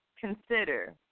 consider